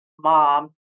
Mom